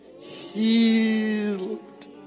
healed